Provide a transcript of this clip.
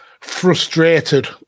frustrated